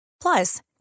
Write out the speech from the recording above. plus